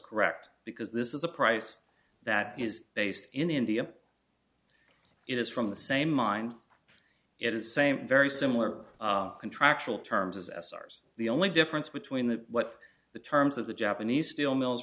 correct because this is a price that is based in india it is from the same mind it is same very similar contractual terms as ours the only difference between the what the terms of the japanese steel mills